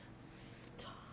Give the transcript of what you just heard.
Stop